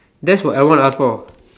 that's what I want ask for